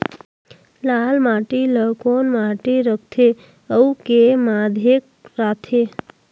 लाल माटी ला कौन माटी सकथे अउ के माधेक राथे?